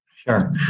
Sure